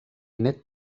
nét